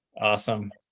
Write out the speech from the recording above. Awesome